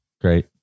Great